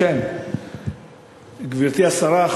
גברתי השרה,